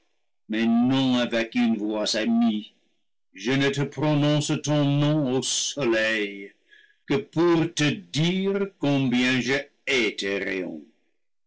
mais non avec une voix amie je ne prononce ton nom ô soleil que pour te dire combien je